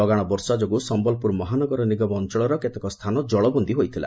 ଲଗାଣ ବର୍ଷା ଯୋଗୁଁ ସମ୍ୟଲପୁର ମହାନଗର ନିଗମ ଅଅଳର କେତେକ ସ୍ଚାନ ଜଳବନ୍ଦୀ ହୋଇଥିଲା